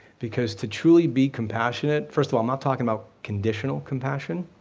because to truly be compassionate, first of all i'm not talking about conditional compassion,